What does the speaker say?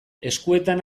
eskuetan